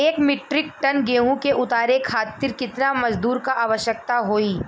एक metric tonne गेहूँ के उतारे खातीर कितना मजदूर क आवश्यकता होई?